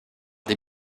des